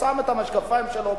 שם את המשקפיים שלו,